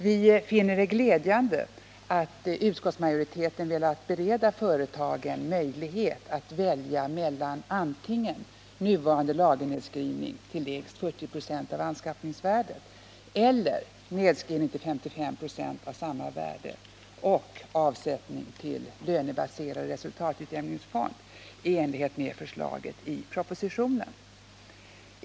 Vi finner det glädjande att utskottsmajoriteten vill bereda företagen möjlighet att välja mellan antingen nuvarande lagernedskrivning till lägst 40 96 av anskaffningsvärdet eller nedskrivning till 55 926 av samma värde och avsättning till lönebaserad resultatutjämningsfond i enlighet med förslaget i propositionen.